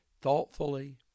thoughtfully